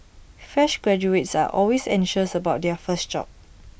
fresh graduates are always anxious about their first job